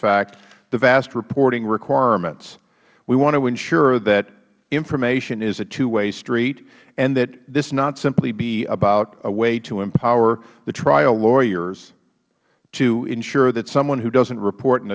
the vast reporting requirements we want to ensure that information is a two way street and that this not simply be about a way to empower the trial lawyers to ensure that someone who doesn't report in